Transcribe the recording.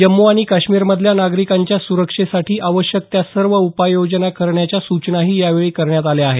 जम्मू आणि काश्मीरमधल्या नागरिकांच्या सुरक्षेसाठी आवश्यक त्या सर्व उपाययोजना करण्याच्या सूचनाही यावेळी करण्यात आल्या आहेत